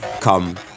come